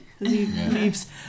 leaves